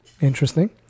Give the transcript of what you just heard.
Interesting